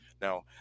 Now